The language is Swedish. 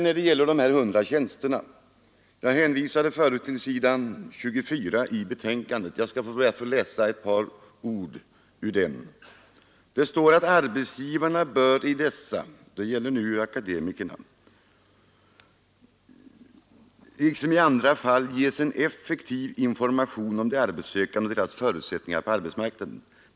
När det gäller de 100 tjänsterna hänvisar jag till s. 24 i betänkandet. Jag skall be att få läsa upp några ord där. Man talar om akademikerna och säger: ”Arbetsgivarna bör i dessa liksom i andra fall ges en effektiv information om de arbetssökande och deras förutsättningar på arbetsmarknaden.